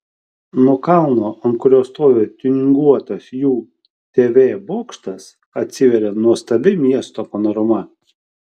nuo kalno ant kurio stovi tiuninguotas jų tv bokštas atsiveria nuostabi miesto panorama